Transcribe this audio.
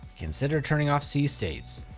consider turning off c-states,